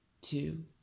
two